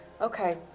Okay